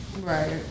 Right